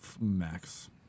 Max